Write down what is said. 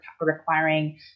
requiring